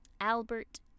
Albert